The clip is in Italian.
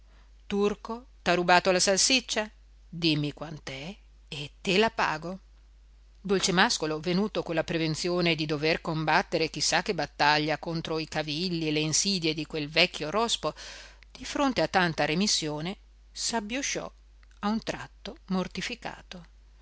turco t'ha rubato la salsiccia dimmi quant'è e te la pago dolcemàscolo venuto con la prevenzione di dover combattere chi sa che battaglia contro i cavilli e le insidie di quel vecchio rospo di fronte a tanta remissione s'abbiosciò a un tratto mortificato